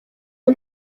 aho